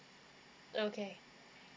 okay